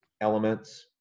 elements